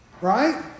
right